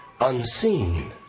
unseen